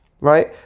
Right